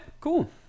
Cool